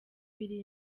biri